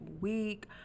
week